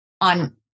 on